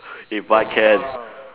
if I can